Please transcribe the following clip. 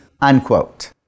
unquote